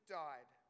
died